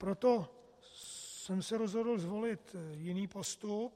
Proto jsem se rozhodl zvolit jiný postup.